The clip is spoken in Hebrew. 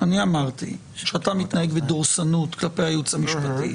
היו שני סוגים של